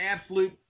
absolute